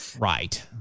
Right